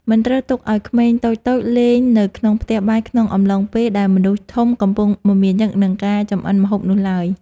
មិនត្រូវទុកឱ្យក្មេងតូចៗលេងនៅក្នុងផ្ទះបាយក្នុងអំឡុងពេលដែលមនុស្សធំកំពុងមមាញឹកនឹងការចម្អិនម្ហូបនោះឡើយ។